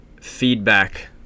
feedback